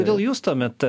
kodėl jūs tuomet